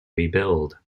rebuild